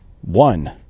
one